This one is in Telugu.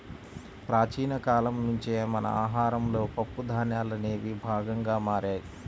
ప్రాచీన కాలం నుంచే మన ఆహారంలో పప్పు ధాన్యాలనేవి భాగంగా మారాయి